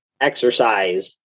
exercise